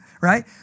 right